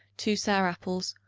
two sour apples,